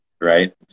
right